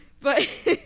But-